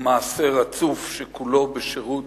ומעשה רצוף שכולו בשירות